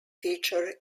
feature